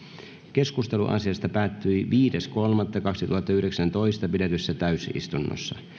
keskustelu asiasta päättyi viides kolmatta kaksituhattayhdeksäntoista pidetyssä täysistunnossa